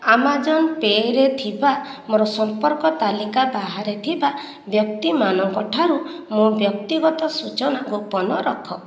Amazon ପେ'ରେ ଥିବା ମୋର ସମ୍ପର୍କ ତାଲିକା ବାହାରେ ଥିବା ବ୍ୟକ୍ତିମାନଙ୍କଠାରୁ ମୋ' ବ୍ୟକ୍ତିଗତ ସୂଚନା ଗୋପନ ରଖ